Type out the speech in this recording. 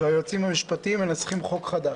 והיועצים המשפטיים מנסחים חוק חדש.